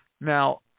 Now